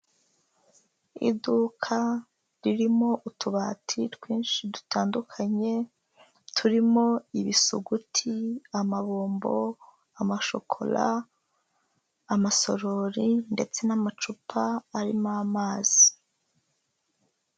Iduka ririmo utubati twinshi dutandukanye, turimo ibisuguti, ama bombo, amashokora amasorori ndetse n'amacupa arimo amazi.